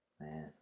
Man